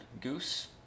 Goose